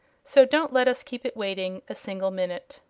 so don't let us keep it waiting a single minute.